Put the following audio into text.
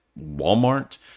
walmart